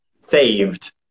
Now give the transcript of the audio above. saved